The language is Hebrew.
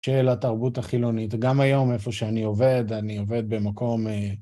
של התרבות החילונית. גם היום איפה שאני עובד, אני עובד במקום...